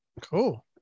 Cool